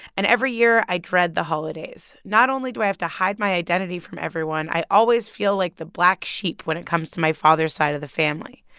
and every year i dread the holidays. not only do i have to hide my identity from everyone, i always feel like the black sheep when it comes to my father's side of the family.